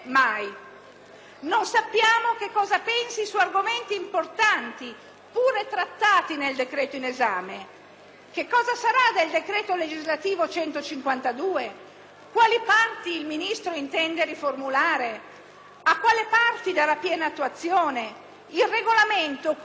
Che cosa sarà del decreto‑legislativo n. 152? Quali parti il Ministro intende riformulare? A quali parti darà piena attuazione? Il regolamento qui citato, previsto dall'articolo 238 ed ormai in ritardo cronico, verrà mai emanato?